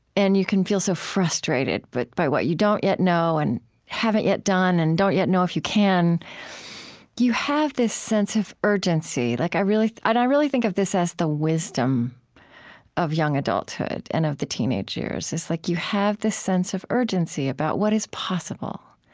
and you can feel so frustrated but by what you don't yet know and haven't yet done and don't yet know if you can you have this sense of urgency. like i really i really think of this as the wisdom of young adulthood and of the teenage years, like you have this sense of urgency about what is possible.